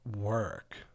work